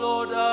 Lord